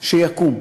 שיקום.